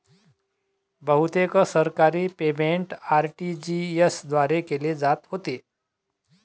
बहुतेक सरकारी payment RTGS द्वारे केले जात होते